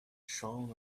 shown